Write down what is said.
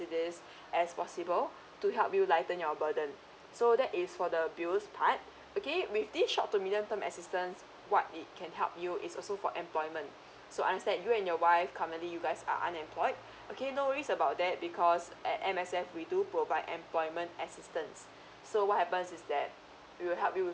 as possible to help you lighten your burden so that is for the bills part okay with this short to medium term assistance what it can help you is also for employment so understand you and your wife currently you guys are unemployed okay no worries about that because at M_S_F we do provide employment assistance so what happens is that we will help you with